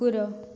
କୁକୁର